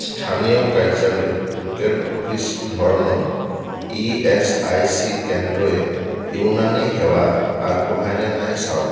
স্থানীয় কাৰ্যালয় local office ধৰণৰ ই এচ আই চি কেন্দ্ৰই ইউনানী সেৱা আগবঢ়াই নে নাই চাওক